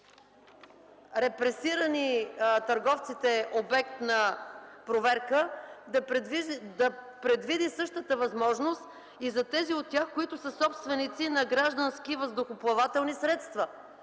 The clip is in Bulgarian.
репресирани търговците – обект на проверка, да предвиди същата възможност и за тези от тях, които са собственици на граждански въздухоплавателни средства.